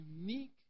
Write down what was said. unique